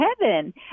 heaven